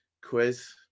quiz